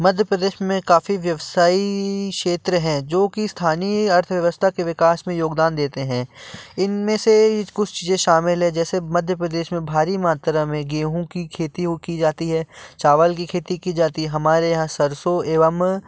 मध्य प्रदेश में काफ़ी व्यवसाई क्षेत्र है जो की स्थानी अर्थव्यवस्था के विकास में योगदान देते हैं इनमें से कुछ चीज़ें शामिल हैं जेसे मध्य प्रदेश में भारी मात्रा में गेंहूँ कि खेती हो की जाती है चावल कि खेती कि जाती है हमारे यहाँ सरसों